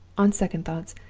on second thoughts.